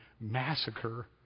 massacre